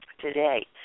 today